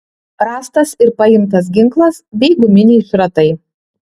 rastas ir paimtas ginklas bei guminiai šratai